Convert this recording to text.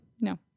no